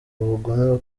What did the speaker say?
bugome